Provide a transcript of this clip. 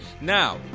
now